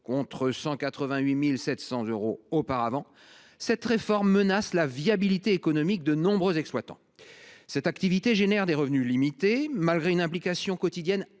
contre 188 700 euros auparavant, cette réforme menace la viabilité économique de nombreux exploitants. Cette activité procure des revenus limités, malgré une implication quotidienne